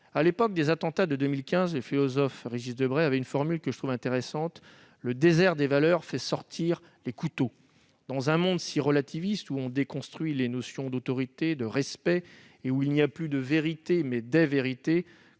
À l'époque des attentats de 2015, le philosophe Régis Debray avait une formule que je trouve intéressante :« Le désert des valeurs fait sortir les couteaux. »